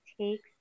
takes